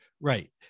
Right